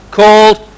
called